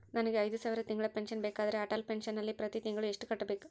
ನನಗೆ ಐದು ಸಾವಿರ ತಿಂಗಳ ಪೆನ್ಶನ್ ಬೇಕಾದರೆ ಅಟಲ್ ಪೆನ್ಶನ್ ನಲ್ಲಿ ಪ್ರತಿ ತಿಂಗಳು ಎಷ್ಟು ಕಟ್ಟಬೇಕು?